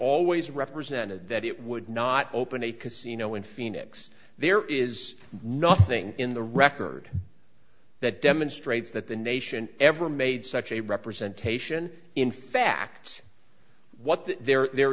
always represented that it would not open a casino in phoenix there is nothing in the record that demonstrates that the nation ever made such a representation in fact what the there